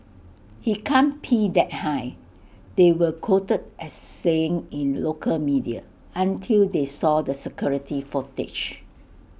he can't pee that high they were quoted as saying in local media until they saw the security footage